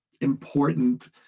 important